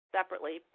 separately